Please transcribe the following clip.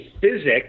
physics